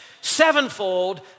sevenfold